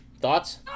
thoughts